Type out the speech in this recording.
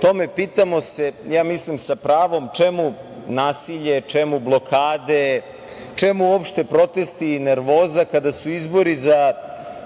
tome, pitamo se, ja mislim sa pravom, čemu nasilje, čemu blokade, čemu uopšte protesti i nervoza kada su izbori za